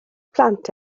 plant